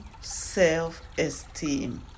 self-esteem